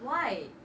why